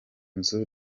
nzu